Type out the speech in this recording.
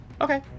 Okay